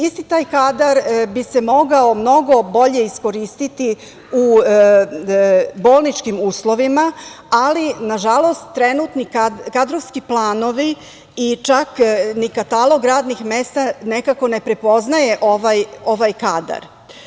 Isti taj kadar bi se mogao mnogo bolje iskoristiti u bolničkim uslovima, ali nažalost, trenutni kadrovski planovi i čak ni katalog radnih mesta, ne prepoznaje ovaj kadar.